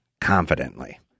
confidently